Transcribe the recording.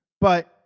But-